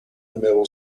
numéro